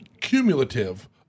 cumulative